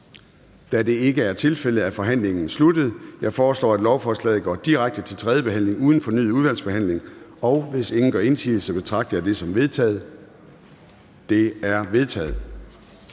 Da det ikke er tilfældet, er forhandlingen sluttet. Jeg foreslår, at lovforslaget går direkte til tredje behandling uden fornyet udvalgsbehandling, og hvis ingen gør indsigelse, betragter jeg det som vedtaget. Det er vedtaget.